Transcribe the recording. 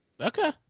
Okay